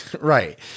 Right